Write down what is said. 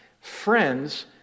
Friends